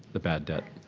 the bad debt?